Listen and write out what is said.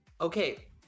Okay